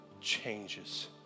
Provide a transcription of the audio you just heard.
changes